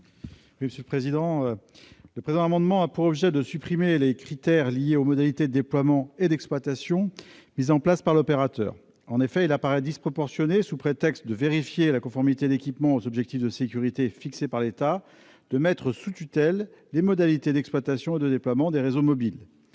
Cet amendement a pour objet de supprimer les critères liés aux modalités de déploiement et d'exploitation retenues par l'opérateur. En effet, il apparaît disproportionné, sous prétexte de vérifier la conformité d'équipements aux objectifs de sécurité fixés par l'État, de mettre sous tutelle les modalités d'exploitation et de déploiement des réseaux mobiles.